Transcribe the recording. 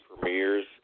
Premieres